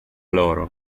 loro